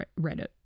Reddit